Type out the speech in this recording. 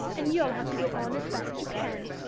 and you'll have to get on as best you can.